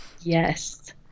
Yes